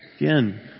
Again